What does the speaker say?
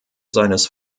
seines